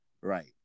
right